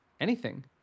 Anything